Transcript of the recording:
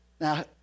Now